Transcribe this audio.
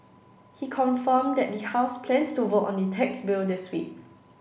he confirmed that the House plans to vote on the tax bill this week